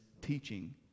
teaching